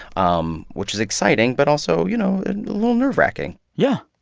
um which is exciting, but also, you know, a little nerve-wracking yeah.